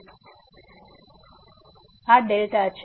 તેથી આ δ છે